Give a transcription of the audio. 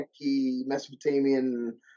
Mesopotamian